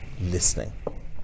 listening